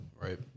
right